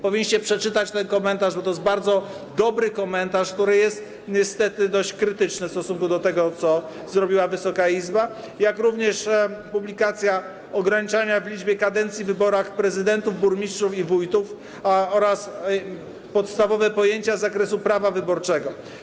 Powinniście przeczytać ten komentarz, bo to jest bardzo dobry komentarz, który jest niestety dość krytyczny w stosunku do tego, co zrobiła Wysoka Izba, jak również ograniczania liczby kadencji, jeśli chodzi o wybory na prezydentów, burmistrzów i wójtów, oraz podstawowe pojęcia z zakresu prawa wyborczego.